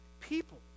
people